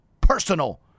personal